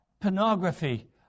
pornography